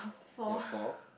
ya four